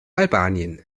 albanien